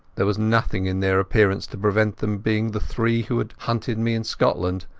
there was nothing in their appearance to prevent them being the three who had hunted me in scotland,